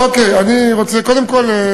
אוקיי, אני רוצה, קודם כול,